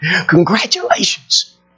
congratulations